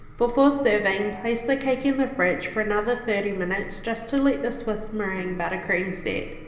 before serving place the cake in the fridge for another thirty minutes just to let the swiss meringue buttercream set.